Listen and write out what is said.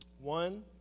One